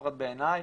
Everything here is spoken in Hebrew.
לפחות בעיניי,